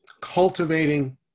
Cultivating